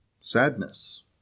sadness